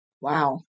Wow